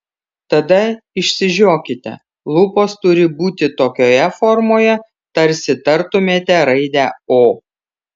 tada išsižiokite lūpos turi būti tokioje formoje tarsi tartumėte raidę o